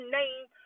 name